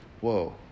whoa